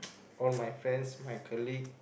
all my friends my colleague